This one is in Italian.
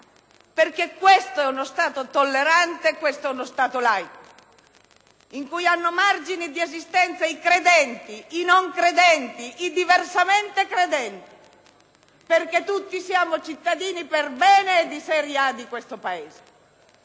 perché questo è uno Stato tollerante, uno Stato laico in cui hanno margini di esistenza i credenti, i non credenti, i diversamente credenti! Tutti siamo cittadini per bene e di serie A di questo Paese.